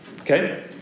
Okay